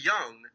young